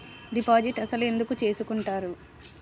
Deposit అసలు ఎందుకు చేసుకుంటారు?